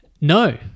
No